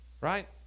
Right